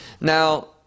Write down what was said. now